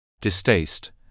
Distaste